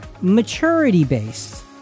maturity-based